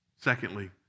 Secondly